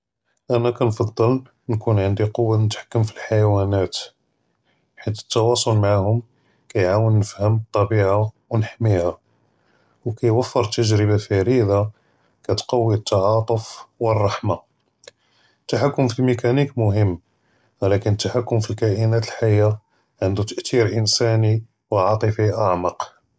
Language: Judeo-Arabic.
אַנָא כַּנְפַדֵּל נְקוּן עַנְדִי קֻוַּה נִתְחַכַּם פִּאלְחַיְוַאנַאת חֵית אֶלְתַּוָּاصוּל מְעַאֲהוּם כַּיַעְוֵּנִי נְפְהֵם אֶטְטְּבִיַעַה וְנַחְמִיהַא וְכִיּוּפַר תַּجְרִיבַה פְּרִידָה כַּתְּקַוּי אֶתְּתַעַאטֲף וְאֶלְרַחְמַה, אֶלְתַּחְכּוּם פִּאלְמְיכַאנִיק מֻהִים, וְלָאקִין אֶלְתַּחְכּוּם פִּאלְקַאֵינַאת אֶלְחַיָּה עַנְדוּ אֶתְתִיַר אִנְסָאנִי וְעַאטְפִּי אַעְמַק.